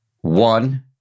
One